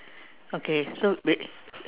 okay so wait